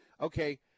okay